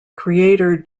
creator